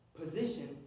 Position